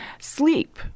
Sleep